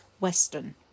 Western